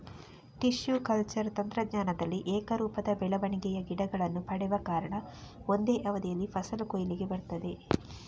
tissue culture ತಂತ್ರಜ್ಞಾನದಲ್ಲಿ ಏಕರೂಪದ ಬೆಳವಣಿಗೆಯ ಗಿಡಗಳನ್ನ ಪಡೆವ ಕಾರಣ ಒಂದೇ ಅವಧಿಯಲ್ಲಿ ಫಸಲು ಕೊಯ್ಲಿಗೆ ಬರ್ತದೆ